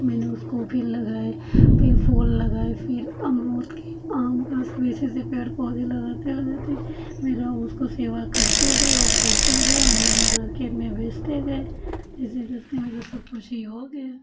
मैंने उसको फिर लगाया फिर फूल लगाए फिर अमरूद के आम का सब ऐसे ऐसे पेड़ पौधे लगाते लगाते मेरा उसको सेवा करते गए ओ फरता गया मैंने मार्केट में बेचते गए ऐसे करते मेरा सब कुछ ही हो गया